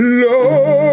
love